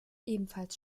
ebenfalls